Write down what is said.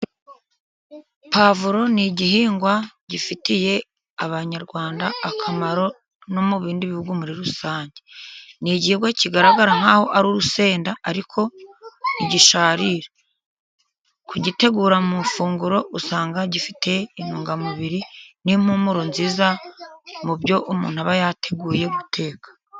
Pavuro ni igihingwa gifitiye abanyarwanda akamaro no mu bindi bihugu muri rusange , ni igihingwa kigaragara nk'aho ari urusenda ariko ntigisharira, kugitegura mu mafunguro usanga gifite intungamubiri n'impumuro nziza, mu byo umuntu aba yateguye guteka.